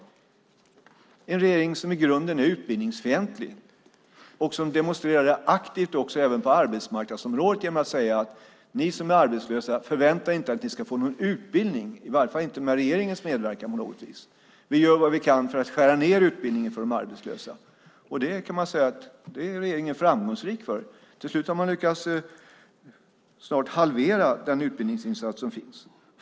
Det är en regering som i grunden är utbildningsfientlig och som också demonstrerar det aktivt även på arbetsmarknadsområdet genom att säga: Ni som är arbetslösa, förvänta er inte att ni ska få någon utbildning, i varje fall inte med regeringens medverkan på något vis! Vi gör vad vi kan för att skära ned utbildningen för de arbetslösa. Man kan säga att regeringen är framgångsrik i fråga om det. Till slut har man lyckats nästan halvera den utbildningsinsats som finns.